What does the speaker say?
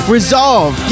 Resolve